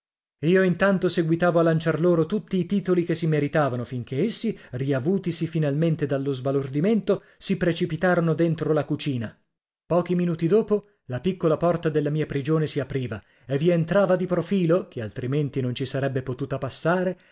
io intanto seguitavo a lanciar loro tutti i titoli che si meritavano finché essi riavutisi finalmente dallo sbalordimento si precipitarono dentro la cucina pochi minuti dopo la piccola porta della mia prigione si apriva e vi entrava di profilo ché altrimenti non ci sarebbe potuta passare